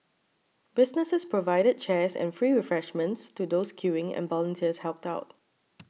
businesses provided chairs and free refreshments to those queuing and volunteers helped out